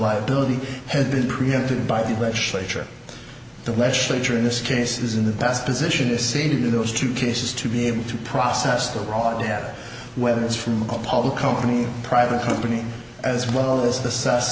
liability had been preempted by the legislature the legislature in this case is in the best position to see those two cases to be able to process the raw data whether it's from a public company private company as well as the s